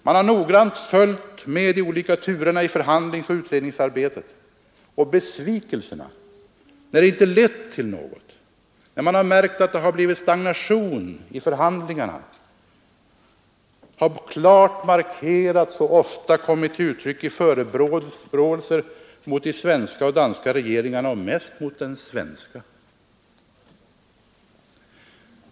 Man har noggrant följt med de olika turerna i förhandlingsoch utredningsarbetet, och besvikelserna — när det inte lett till något och när man har märkt att det har blivit stagnation i förhandlingarna — har klart markerats och ofta kommit till uttryck i förebråelse mot de svenska och danska regeringarna — och mest mot den svenska.